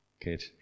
Good